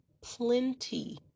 plenty